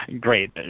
Great